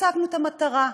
השגנו את המטרה.